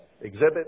exhibit